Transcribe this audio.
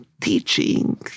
teaching